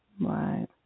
Right